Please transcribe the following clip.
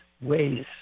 ways